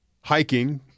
hiking